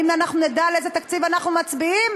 האם אנחנו נדע על איזה תקציב אנחנו מצביעים?